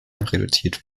reduziert